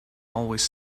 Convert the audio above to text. always